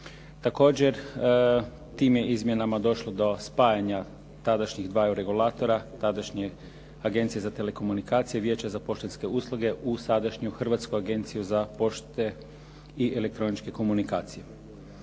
Također tim je izmjenama došlo do spajanja tadašnjih dvaju regulatora, tadašnje Agencije za telekomunikacije Vijeća za poštanske usluge uz sadašnju Hrvatsku agenciju za pošte i elektroničke komunikacije.